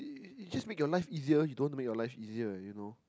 it it it just make your life easier you don't want to make your life easier you know